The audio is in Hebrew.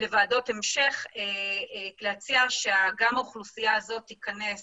לוועדות המשך, שגם האוכלוסייה הזו תיכנס